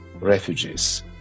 refugees